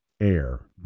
air